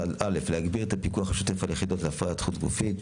להגביר את הפיקוח השוטף על היחידות להפריה חוץ גופית.